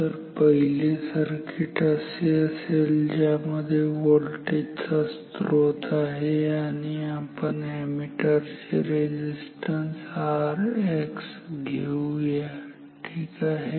तर पहिले सर्किट असे असेल ज्यामध्ये व्होल्टेज चा स्त्रोत आहे आणि आपण एमीटर चे रेझिस्टन्स Rx घेऊया ठीक आहे